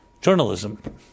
journalism